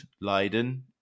Leiden